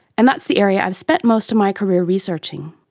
and that's the area i've spent most of my career researching.